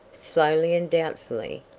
slowly and doubtfully,